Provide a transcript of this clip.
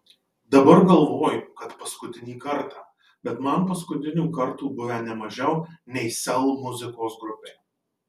dabar galvoju kad paskutinį kartą bet man paskutinių kartų buvę ne mažiau nei sel muzikos grupei